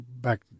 Back